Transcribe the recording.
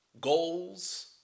goals